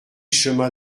chemin